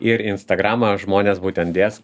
ir į instagramą žmonės būtent dės